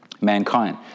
mankind